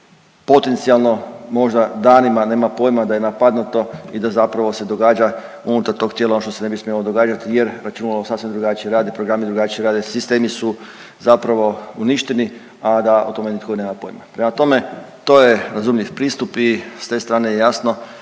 potencijalno možda danima nema pojma da je napadnuto i da zapravo se događa unutar tog tijela ono što se ne bi smjelo događati, jer računalo sasvim drugačije rade, programi drugačije rade, sistemi su zapravo uništeni, a da o tome nitko nema pojma. Prema tome, to je razumljiv pristup i s te strane je jasno